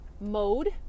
mode